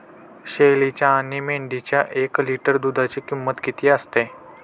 शेळीच्या आणि मेंढीच्या एक लिटर दूधाची किंमत किती असते?